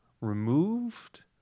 removed